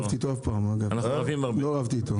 אין לי מה להוסיף.